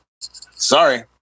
sorry